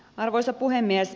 arvoisa puhemies